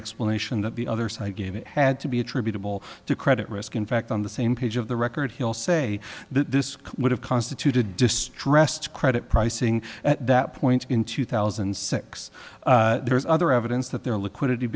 explanation that the other side gave it had to be attributable to credit risk in fact on the same page of the record he'll say that this would have constituted distressed credit pricing at that point in two thousand and six there's other evidence that there liquid